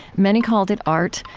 many called it art,